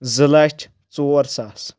زٕ لچھ ژور ساس